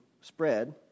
spread